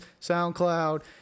SoundCloud